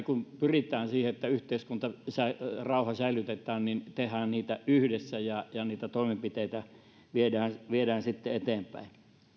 kun pyritään siihen että yhteiskuntarauha säilytetään niin tehdään yhdessä niitä toimenpiteitä ja viedään sitten eteenpäin